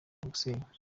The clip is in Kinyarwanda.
gusenya